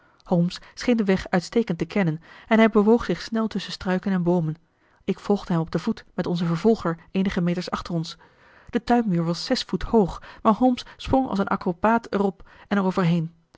scheen den weg uitstekend te kennen en hij bewoog zich snel tusschen struiken en boomen ik volgde hem op den voet met onzen vervolger eenige meters achter ons de tuinmuur was zes voet hoog maar holmes sprong als een acrobaat er